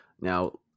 Now